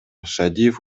шадиев